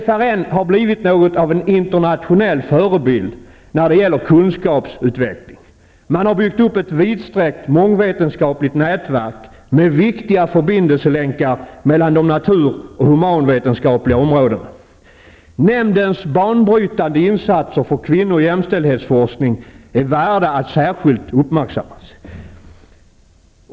FRN har blivit något av en internationell förebild när det gäller kunskapsutveckling. Man har byggt upp ett vidsträckt mångvetenskapligt nätverk med viktiga förbindelselänkar mellan de natur och humanvetenskapliga områdena. Nämndens banbrytande insatser för kvinno och jämställdhetsforskning är värda att särskilt uppmärksammas.